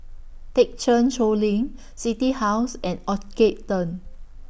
Thekchen Choling City House and Orchard Turn